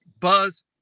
Buzz